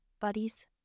buddies